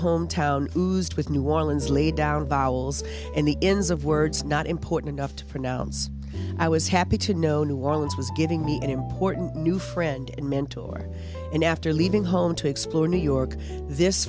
who's with new orleans laid down vowels and the ends of words not important enough to pronounce i was happy to know new orleans was giving me an important new friend and mentor and after leaving home to explore new york this